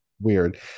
Weird